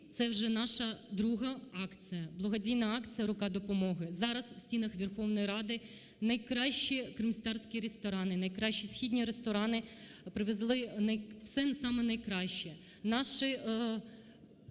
це вже наша друга акція, благодійна акція "Рука допомоги". Зараз в станах Верховної Ради найкращі кримські ресторани, найкращі східні ресторани привезли все саме найкраще. Наші